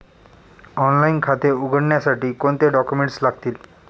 Online खाते उघडण्यासाठी कोणते डॉक्युमेंट्स लागतील?